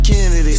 Kennedy